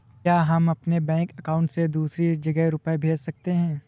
क्या हम अपने बैंक अकाउंट से दूसरी जगह रुपये भेज सकते हैं?